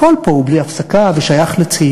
הכול פה הוא בלי הפסקה ושייך לצעירים.